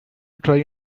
try